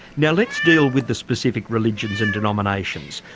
now let's deal with the specific religions and denominations.